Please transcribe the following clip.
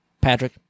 Patrick